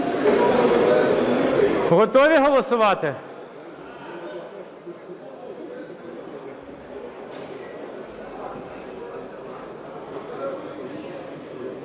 Готові голосувати?